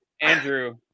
Andrew